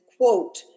quote